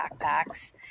backpacks